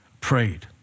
prayed